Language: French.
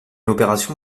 opération